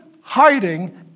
hiding